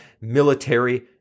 military